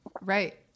right